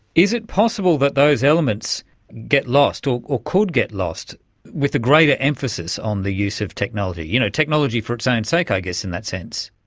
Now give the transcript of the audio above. is it possible that those elements get lost or or could get lost with the greater emphasis on the use of technology? you know, technology for its own and sake i guess in that sense.